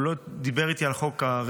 הוא לא דיבר איתי על חוק הרייטינג,